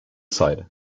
side